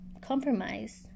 Compromise